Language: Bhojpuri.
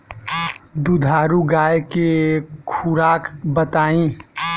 दुधारू गाय के खुराक बताई?